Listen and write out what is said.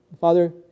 Father